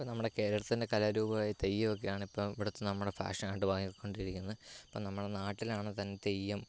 ഇപ്പം നമ്മുടെ കേരളത്തിൻ്റെ കലാരൂപമായ തെയ്യമൊക്കെയാണ് ഇപ്പം ഇവിടുത്തെ നമ്മുടെ ഫാഷൻ ആയിട്ട് മാറിക്കൊണ്ടിരിക്കുന്നത് ഇപ്പം നമ്മള നാട്ടിലാണെങ്കിൽ തന്നെ തെയ്യം